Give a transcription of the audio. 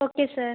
okay sir